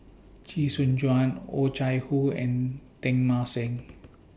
Chee Soon Juan Oh Chai Hoo and Teng Mah Seng